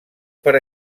per